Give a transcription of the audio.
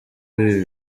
w’ibi